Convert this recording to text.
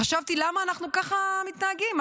חשבתי, למה אנחנו מתנהגים ככה?